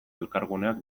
elkarguneak